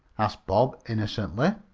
asked bob innocently.